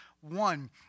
one